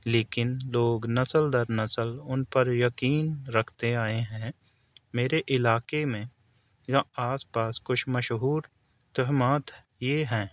لیکن لوگ نسل در نسل ان پر یقین رکھتے آئے ہیں میرے علاقے میں یا آس پاس کچھ مشہور توہمات یہ ہیں